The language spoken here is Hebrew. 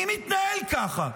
מי מתנהל ככה,